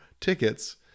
tickets